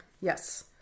Yes